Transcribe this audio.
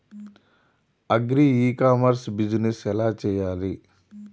Agri e commerce business ఎలా చెయ్యాలి?